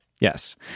Yes